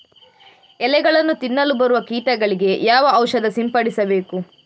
ಎಲೆಗಳನ್ನು ತಿನ್ನಲು ಬರುವ ಕೀಟಗಳಿಗೆ ಯಾವ ಔಷಧ ಸಿಂಪಡಿಸಬೇಕು?